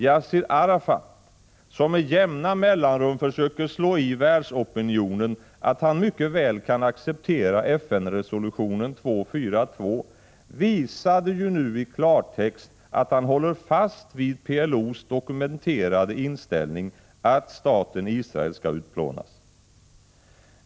Yassir Arafat, som med jämna mellanrum försöker slå i världsopinionen att han mycket väl kan acceptera FN-resolutionen 242, visade nu i klartext att han håller fast vid PLO:s dokumenterade inställning, att staten Israel skall utplånas.